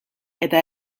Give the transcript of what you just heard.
eta